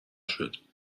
شدید